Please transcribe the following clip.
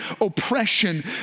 oppression